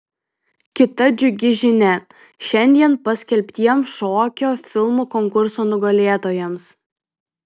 kita džiugi žinia šiandien paskelbtiems šokio filmų konkurso nugalėtojams